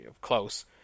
close